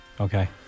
Okay